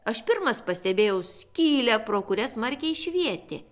aš pirmas pastebėjau skylę pro kurią smarkiai švietė